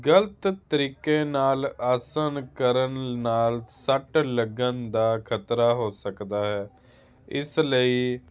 ਗਲਤ ਤਰੀਕੇ ਨਾਲ ਆਸਨ ਕਰਨ ਨਾਲ ਸੱਟ ਲੱਗਣ ਦਾ ਖਤਰਾ ਹੋ ਸਕਦਾ ਹੈ ਇਸ ਲਈ